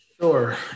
Sure